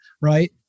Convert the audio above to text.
right